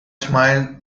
smiled